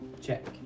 Check